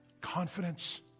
confidence